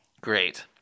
Great